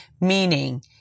Meaning